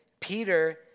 Peter